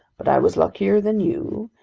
but i was luckier than you,